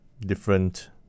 different